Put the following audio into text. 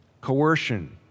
coercion